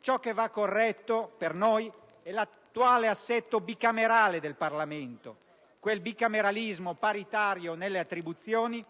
Ciò che va corretto per noi è l'attuale assetto bicamerale del Parlamento, quel bicameralismo paritario nelle attribuzioni